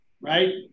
Right